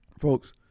folks